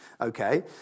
okay